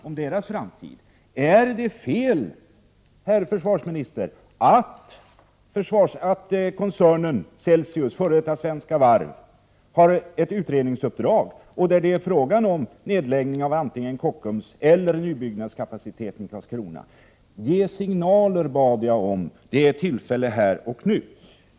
Ärddet fel, herr försvarsminister, att koncernen Celsius, f.d. Svenska Varv, har ett utredningsuppdrag där det är fråga om nedläggning av antingen Kockums eller nybyggnadskapaciteten i Karlskrona? Ge signaler, bad jag. Det är tillfälle till det här och nu.